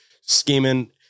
Scheming